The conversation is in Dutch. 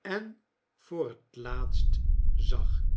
en voor het laatst zag